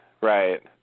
right